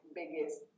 biggest